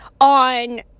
on